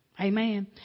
Amen